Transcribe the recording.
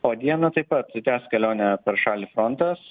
o dieną taip pa tęs kelionę per šalį frontas